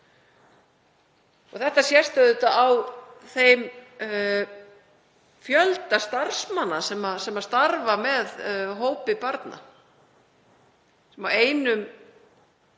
Þetta sést auðvitað á þeim fjölda starfsmanna sem starfa með hópi barna sem á einum